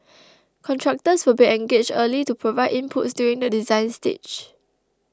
contractors will be engaged early to provide inputs during the design stage